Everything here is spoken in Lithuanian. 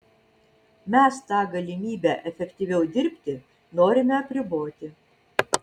mes tą galimybę efektyviau dirbti norime apriboti